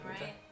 right